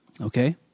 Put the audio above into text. Okay